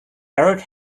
eric